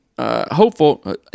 hopeful